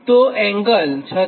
તો એંગલ 36